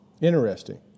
Interesting